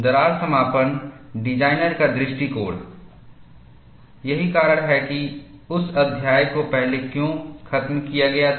दरार समापन डिज़ाइनरDesigner's का दृष्टिकोण यही कारण है कि उस अध्याय को पहले क्यों खत्म किया गया था